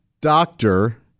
doctor